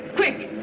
quick!